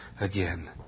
again